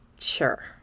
Sure